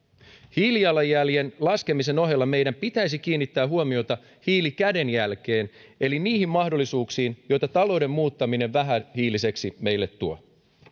hiilijalanjäljen laskemisen ohella meidän pitäisi kiinnittää huomiota hiilikädenjälkeen eli niihin mahdollisuuksiin joita talouden muuttaminen vähähiiliseksi meille tuo